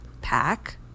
pack